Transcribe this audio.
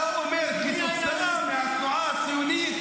מי היה --- אתה אומר: כתוצאה מהתנועה הציונית,